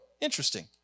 Interesting